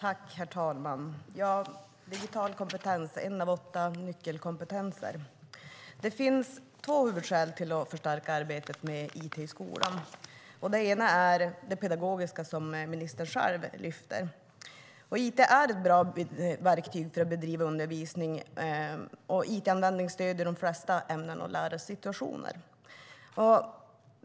Herr talman! Digital kompetens är en av åtta nyckelkompetenser. Det finns två huvudskäl till att förstärka arbetet med it i skolan. Det ena är det pedagogiska, som ministern själv lyfte fram. It är ett bra verktyg för att bedriva undervisning, och it-användning ger stöd i de flesta ämnen och lärosituationer.